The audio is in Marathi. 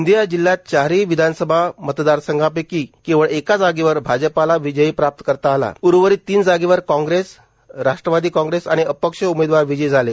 गोंदिया जिल्हयात चारही विधानसभा मतदारसंघापैकी केवळ एका जागेवर भाजपला विजय प्राप्त करता आला उर्वरित तीन जागेवर काँगेग्रस राष्ट्रवादी काँगेरास आणि अपक्ष उमेदवार विजयी झाले